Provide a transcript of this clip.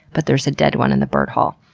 but there's a dead one in the bird hall.